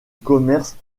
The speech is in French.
commerce